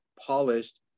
polished